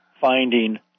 finding